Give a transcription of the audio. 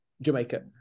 jamaica